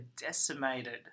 decimated